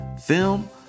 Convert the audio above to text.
film